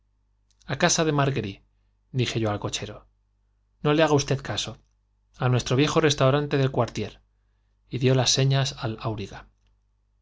á casa de marguery dije yo al cochero no le haga usted caso á nuestro viejo restaurant del quartier y dió las señas al